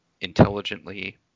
intelligently